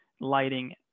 lighting